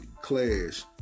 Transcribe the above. clash